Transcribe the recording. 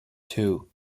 two